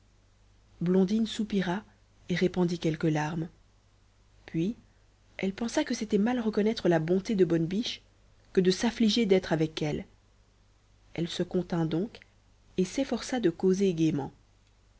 blondine soupira et répandit quelques larmes puis elle pensa que c'était mal reconnaître la bonté de bonne biche que de s'affliger d'être avec elle elle se contint donc et s'efforça de causer gaiement